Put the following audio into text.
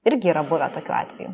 irgi yra buvę tokių atvejų